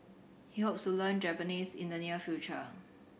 he hopes to learn Japanese in the near future